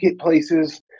places